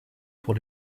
vor